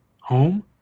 Home